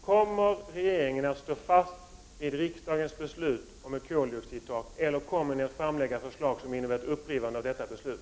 Kommer regeringen att stå fast vid riksdagens beslut om ett koldioxidtak, eller kommer regeringen att framlägga förslag som innebär ett upprivande av detta beslut?